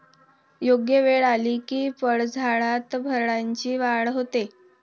योग्य वेळ आली की फळझाडात फळांची वाढ होते